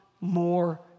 more